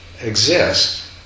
exist